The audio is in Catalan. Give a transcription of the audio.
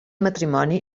matrimoni